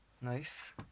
Nice